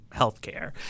healthcare